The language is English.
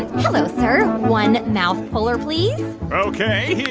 and hello, sir. one mouth puller, please ok,